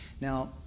Now